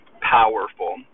powerful